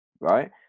right